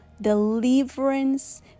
deliverance